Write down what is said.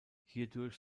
hierdurch